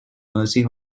mercy